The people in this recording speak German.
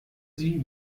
sie